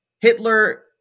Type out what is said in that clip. Hitler